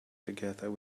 together